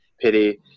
pity